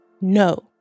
no